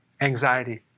anxiety